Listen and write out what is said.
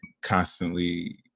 constantly